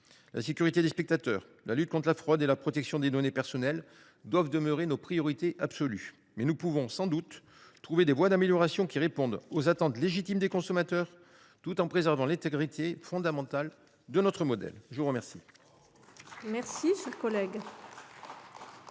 La sécurité des spectateurs, la lutte contre la fraude et la protection des données personnelles doivent demeurer nos priorités absolues. Reste que nous pouvons, sans doute, trouver des voies d’amélioration qui répondent aux attentes légitimes des consommateurs tout en préservant l’intégrité fondamentale de notre modèle. Bravo ! La parole est